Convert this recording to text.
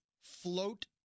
float